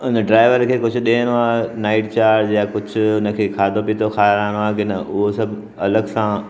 हुन ड्राइवर खे कुझु ॾियणो आहे नाइट चार्ज या कुझु हुन खे खाधो पीतो खाराइणो आहे की न उहो सभु अलॻि सां